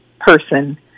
person